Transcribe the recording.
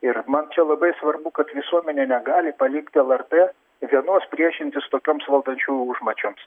ir man čia labai svarbu kad visuomenė negali palikti lrt vienos priešintis tokioms valdančiųjų užmačioms